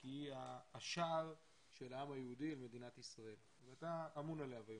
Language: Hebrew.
כי היא השער של העם היהודי למדינת ישראל ואתה אמון עליה היום.